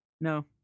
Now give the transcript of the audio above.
No